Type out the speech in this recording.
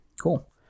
Cool